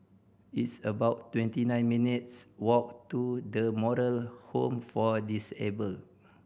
it's about twenty nine minutes' walk to The Moral Home for Disabled